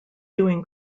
doing